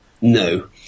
No